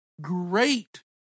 great